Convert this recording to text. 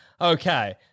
Okay